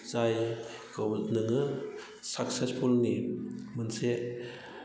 जायखौ नोङो साकसेसफुलनि मोनसे